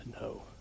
No